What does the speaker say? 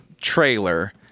trailer